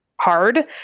hard